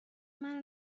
منو